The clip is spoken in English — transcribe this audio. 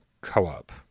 co-op